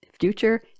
future